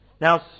Now